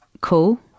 cool